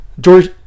George